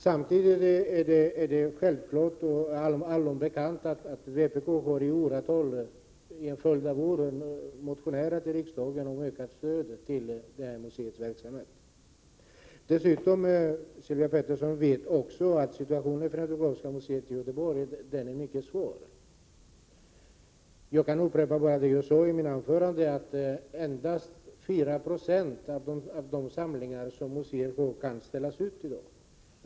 Samtidigt är det allom bekant att vpk under en följd av år har motionerat i riksdagen om ökat stöd till detta museums verksamhet. Dessutom vet Sylvia Pettersson att situationen för Etnografiska museet i Göteborg är mycket svår. Jag kan bara upprepa det jag sade i mitt anförande, att endast 4 90 av de samlingar som museet har kan ställas ut i dag.